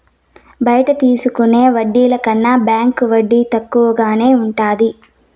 బయట తీసుకునే వడ్డీల కన్నా బ్యాంకు వడ్డీ తక్కువగానే ఉంటది